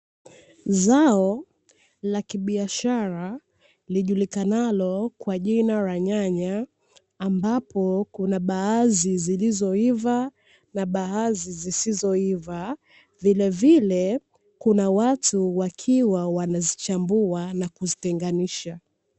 Zao la kibiashara lijulikanalo kwa jina la nyanya, ambapo kuna baadhi zilizoiva na baadhi zisizoiva; vilevile kuna watu wakiwa wanazichambua na kuzitenganisha.